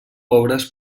obres